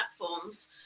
platforms